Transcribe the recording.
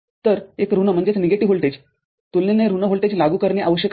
तर एक ऋण व्होल्टेजतुलनेने ऋण व्होल्टेज लागू करणे आवश्यक आहे